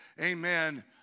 amen